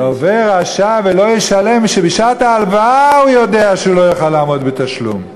"לוה רשע ולא ישלם" שבשעת ההלוואה הוא יודע שהוא לא יוכל לעמוד בתשלום.